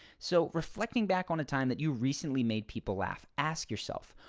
so reflecting back on the time that you recently made people laugh, ask yourself.